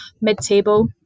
mid-table